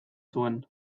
zuen